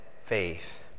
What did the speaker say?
Faith